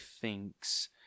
thinks